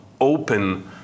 open